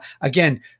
again